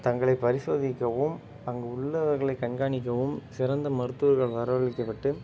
தங்களை பரிசோதிக்கவும் அங்கு உள்ளவர்களை கண்காணிக்கவும் சிறந்த மருத்துவர்கள் வரவழைக்கப்பட்டு